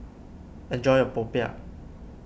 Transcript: enjoy your Popiah